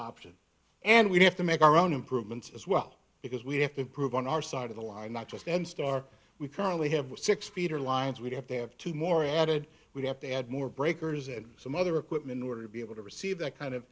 option and we have to make our own improvements as well because we have to improve on our side of the line not just on star we currently have six peter lines we have to have two more added we have to add more breakers and some other equipment in order to be able to receive that kind of